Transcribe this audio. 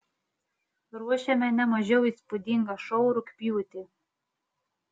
ruošiame ne mažiau įspūdingą šou rugpjūtį